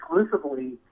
exclusively